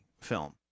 film